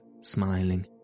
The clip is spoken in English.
smiling